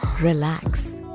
relax